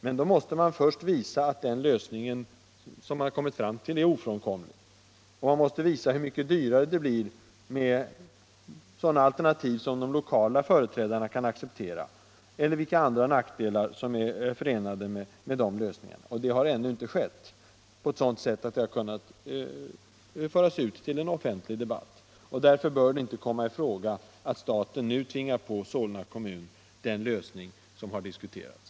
Men då måste man först visa att den lösning man kommit fram till är ofrånkomlig, och man måste visa hur mycket dyrare det blir med de alternativ som de lokala företrädarna kan acceptera eller vilka andra nackdelar som är förenade med de lösningarna. Det har ännu inte skett på ett sådant sätt att det kunnat föras ut till en offentlig debatt. Därför bör det inte komma i fråga att staten nu tvingar på Solna kommun den lösning som har diskuterats.